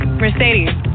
mercedes